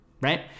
Right